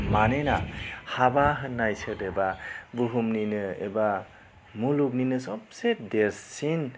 मानोना हाबा होन्नाय सोदोबा बुहुमनिनो एबा मुलुगनिनो सबसे देरसिन